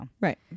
Right